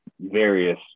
various